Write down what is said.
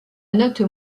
note